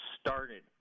started